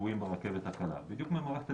שהן קיימות במשרד התחבורה זה בניגוד לדעתכם המקצועית.